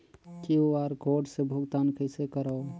QR code से भुगतान कइसे करथव?